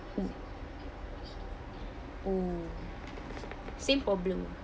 mm mm same problem